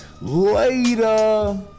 Later